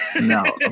No